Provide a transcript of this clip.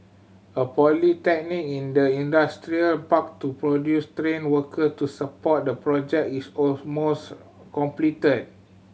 a polytechnic in the industrial park to produce trained worker to support the project is almost completed